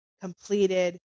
completed